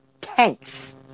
tanks